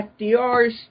FDR's